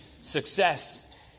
success